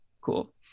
Cool